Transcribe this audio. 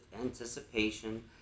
anticipation